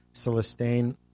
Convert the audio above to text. Celestine